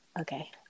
okay